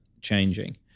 changing